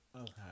Okay